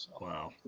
Wow